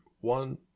one